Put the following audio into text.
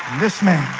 this man